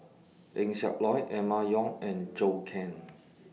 Eng Siak Loy Emma Yong and Zhou Can